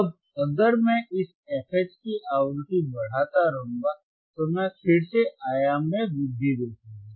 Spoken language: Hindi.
अब अगर मैं इस fH की आवृत्ति बढ़ाता रहूंगा तो मैं फिर से आयाम में वृद्धि देखूंगा